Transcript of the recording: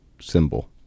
symbol